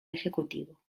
ejecutivo